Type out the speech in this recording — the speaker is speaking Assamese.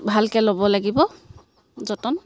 ভালকৈ ল'ব লাগিব যতন